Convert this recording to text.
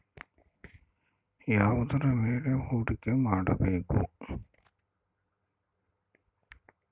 ಯಾವುದರ ಮೇಲೆ ಹೂಡಿಕೆ ಮಾಡಬೇಕು?